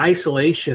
isolation